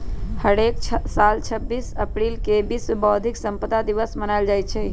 हरेक साल छब्बीस अप्रिल के विश्व बौधिक संपदा दिवस मनाएल जाई छई